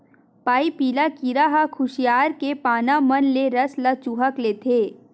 पाइपिला कीरा ह खुसियार के पाना मन ले रस ल चूंहक लेथे